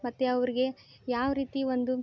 ಮತ್ತು ಅವ್ರಿಗೆ ಯಾವ ರೀತಿ ಒಂದು